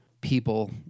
people